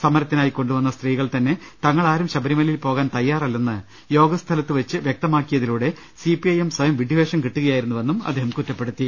സമരത്തിനായി കൊണ്ടുവന്ന സ്ത്രീകൾ തന്നെ തങ്ങളാരും ശബരിമലയിൽ പോകാൻ തയ്യാറല്ലെന്ന് യോഗസ്ഥലത്ത് വെച്ച് വ്യക്തമാക്കിയതിലൂടെസി പി ഐ എം സ്ഥയം വിഡ്സിവേഷം കെട്ടുകയായിരു ന്നുവെന്നും അദ്ദേഹം കുറ്റപ്പെടുത്തി